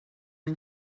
این